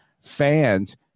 fans